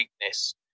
weakness